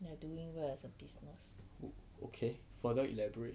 they are doing well as a business